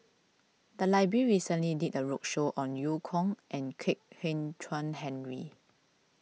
the library recently did a roadshow on Eu Kong and Kwek Hian Chuan Henry